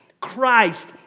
Christ